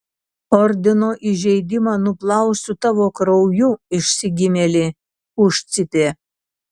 ordino įžeidimą nuplausiu tavo krauju išsigimėli užcypė